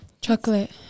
Chocolate